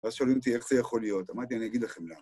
‫ואז שואלים אותי איך זה יכול להיות. ‫אמרתי, אני אגיד לכם למה.